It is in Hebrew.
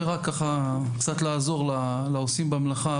זה רק ככה קצת לעזור לעושים במלאכה.